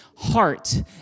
heart